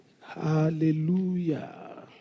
Hallelujah